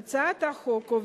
אני ממשיך בדיון.